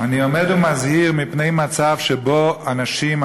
אני עומד ומזהיר מפני מצב שבו אנשים,